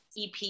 ep